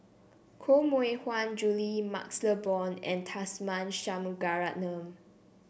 Koh Mui Hiang Julie MaxLe Blond and Tharman Shanmugaratnam